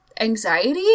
Anxiety